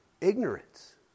ignorance